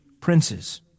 princes